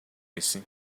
esse